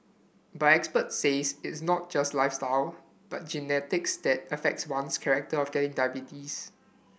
but experts says it is not just lifestyle but genetics that affects one's character of getting diabetes